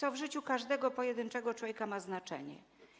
To w życiu każdego pojedynczego człowieka ma znaczenie.